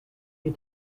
you